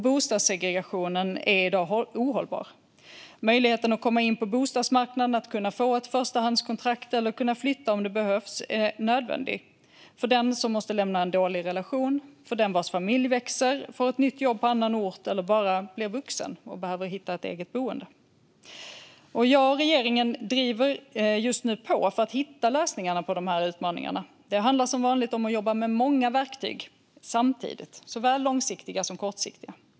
Bostadssegregationen är i dag ohållbar. Möjligheten att komma in på bostadsmarknaden och få ett förstahandskontrakt eller att flytta om det behövs är nödvändig. Det gäller för den som måste lämna en dålig relation, för den vars familj växer, för den som får ett nytt jobb på annan ort eller för den som blir vuxen och måste hitta ett eget boende. Jag och regeringen driver just nu på för att hitta lösningarna på utmaningarna. Det handlar som vanligt om att jobba med många verktyg samtidigt, såväl långsiktiga som kortsiktiga.